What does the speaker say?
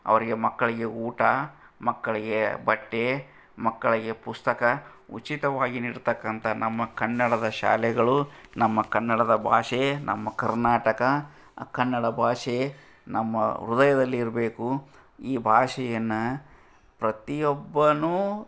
ಅವರಿಗೆ ಮಕ್ಕಳಿಗೆ ಊಟ ಮಕ್ಕಳಿಗೆ ಬಟ್ಟೆ ಮಕ್ಕಳಿಗೆ ಪುಸ್ತಕ ಉಚಿತವಾಗಿ ನೀಡ್ತಕ್ಕಂಥ ನಮ್ಮ ಕನ್ನಡದ ಶಾಲೆಗಳು ನಮ್ಮ ಕನ್ನಡದ ಭಾಷೆ ನಮ್ಮ ಕರ್ನಾಟಕ ಆ ಕನ್ನಡ ಭಾಷೆ ನಮ್ಮ ಹೃದಯದಲ್ಲಿ ಇರಬೇಕು ಈ ಭಾಷೆಯನ್ನ ಪ್ರತಿಯೊಬ್ಬನೂ